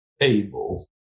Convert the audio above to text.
able